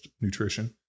nutrition